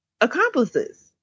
accomplices